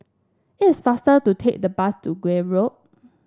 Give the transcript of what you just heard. it is faster to take the bus to Gul Road